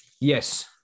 Yes